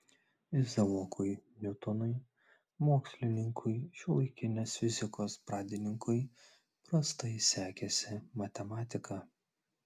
izaokui niutonui mokslininkui šiuolaikinės fizikos pradininkui prastai sekėsi matematika